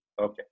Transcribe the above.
Okay